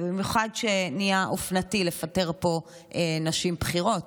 ובמיוחד שנהיה אופנתי לפטר פה נשים בכירות,